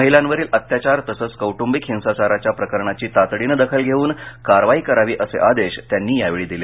महिलांवरील अत्याचार तसंच कौट्रंबिक हिसाचाराच्या प्रकरणाची तातडीनं दाखल घेऊन कारवाई करावी असे आदेश त्यांनी यावेळी दिले